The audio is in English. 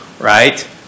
right